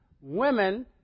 women